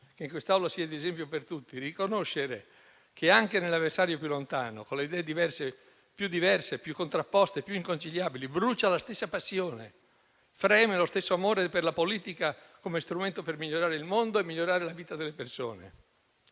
che in quest'Aula sia di esempio per tutti, ossia riconoscere che anche nell'avversario più lontano, con le idee più diverse, più contrapposte, più inconciliabili, brucia la stessa passione, freme lo stesso amore per la politica come strumento per migliorare il mondo e migliorare la vita delle persone.